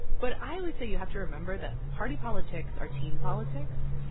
but i always say, you have to remember that party politics are team politics,